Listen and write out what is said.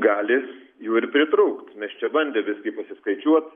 gali jų ir pritrūkt mes čia bandėm visgi pasiskaičiuot